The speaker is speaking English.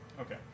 Okay